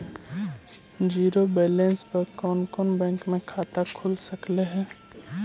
Zero balance पर कोन कोन बैंक में खाता खुल सकले हे?